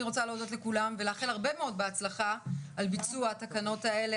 אני רוצה להודות לכולם ולאחל הרבה מאוד בהצלחה על ביצוע התקנות האלה,